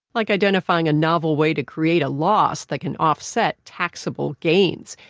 like identifying a novel way to create a loss that can offset taxable gains.